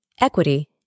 equity